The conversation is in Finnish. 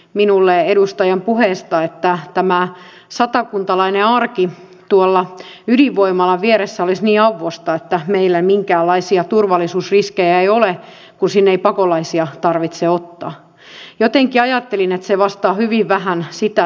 vasemmistoliitto saattaa olla eri juttu onhan paavo arhinmäki maamme johtava rabulisti ja saattaa olla että vasemmistoliiton kannattajien mielestä tällainen maassa makaavan porvarin jatkuva potkiminen ja hakkaaminen edustaa eräänlaista joukkojen tunnelmaa kohottavaa kansalaisaktivismia